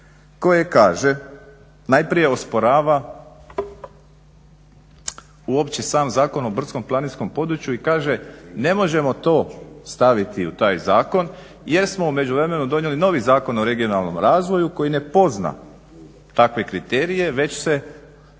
koje kaže najprije osporava uopće sam Zakon o brdsko-planinskom području i kaže ne možemo to staviti u taj zakon jer smo u međuvremenu donijeli novi Zakon o regionalnom razvoju koji ne pozna takve kriterije, već se